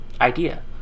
idea